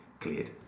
cleared